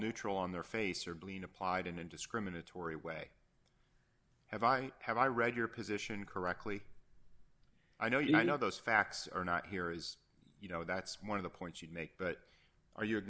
neutral on their face or been applied in a discriminatory way have i have i read your position correctly i know you know those facts are not here as you know that's one of the points you make but are you a